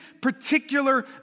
particular